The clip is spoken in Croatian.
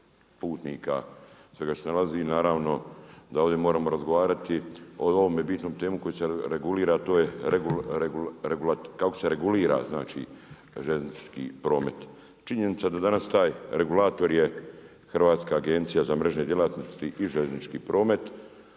putnika svega što se nalazi i naravno da moramo ovdje razgovarati o bitnoj temi kako se regulira željeznički promet. Činjenica da danas taj regulator je Hrvatska agencija za mrežne djelatnosti i željeznički promet